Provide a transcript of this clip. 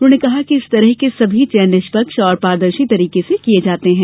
उन्होंने कहा कि इस तरह के सभी चयन निष्पक्ष और पारदर्शी तरीके से किए जाते हैं